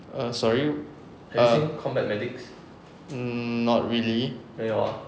err sorry err hmm not really